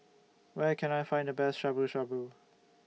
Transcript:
Where Can I Find The Best Shabu Shabu